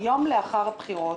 יום לאחר הבחירות,